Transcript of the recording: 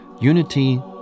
Unity